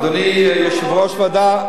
אדוני יושב-ראש הוועדה,